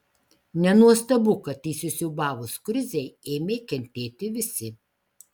nenuostabu kad įsisiūbavus krizei ėmė kentėti visi